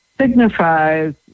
signifies